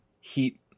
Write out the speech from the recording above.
Heat